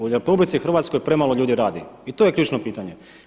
U RH premalo ljudi radi i to je ključno pitanje.